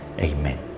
Amen